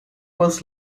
must